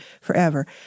forever